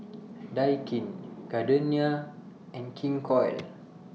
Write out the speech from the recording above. Daikin Gardenia and King Koil